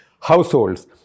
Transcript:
households